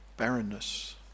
barrenness